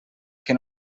que